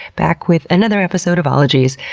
back with another episode of ologies.